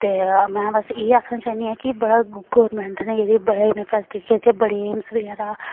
ते मैं बस्स इयै आखना चाहन्नी आं कि बड़ा गौरमैंट ने इदे बड़़े इयां फैसिलिटी रक्खी दी ऐ बड़े एम्स बगैरा